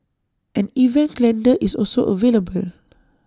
an event calendar is also available